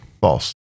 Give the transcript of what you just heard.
False